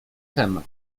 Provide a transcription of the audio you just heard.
temat